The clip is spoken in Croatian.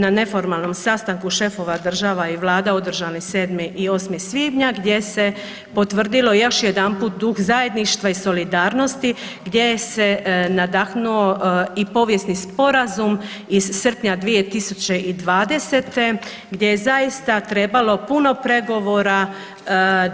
Na neformalnom sastanku šefova država i Vlada održani 7. i 8. svibnja gdje se potvrdilo još jedanput duh zajedništva i solidarnosti gdje se nadahnuo i povijesni sporazum iz srpnja 2020. gdje je zaista trebalo puno pregovora